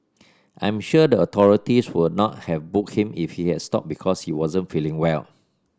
I'm sure the authorities would not have booked him if he had stopped because he wasn't feeling well